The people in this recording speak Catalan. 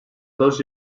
dos